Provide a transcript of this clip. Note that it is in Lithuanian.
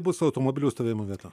bus su automobilių stovėjimo vieta